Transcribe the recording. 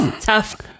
tough